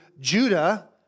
Judah